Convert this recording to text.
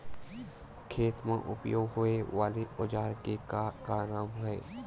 खेत मा उपयोग होए वाले औजार के का नाम हे?